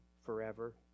forever